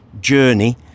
journey